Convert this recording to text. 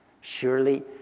Surely